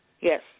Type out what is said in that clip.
Yes